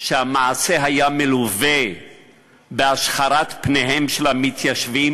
שהמעשה היה מלווה בהשחרת פניהם של המתיישבים,